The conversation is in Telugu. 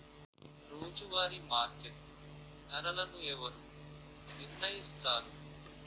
రోజువారి మార్కెట్ ధరలను ఎవరు నిర్ణయిస్తారు?